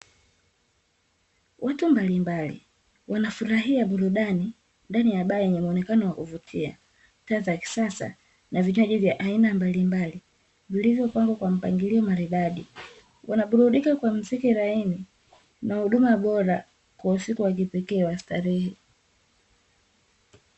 Watu mbalimbali wanafurahia burudani ndani ya baayenye muonekano wa kuvutia, taa za kisasa, na vinywaji vya aina mbalimbali vilivyopangwa kwa mpangilio maridadi. Wanaburudika kwa muziki laini na huduma bora kwa usiku wa kipekee wa starehe.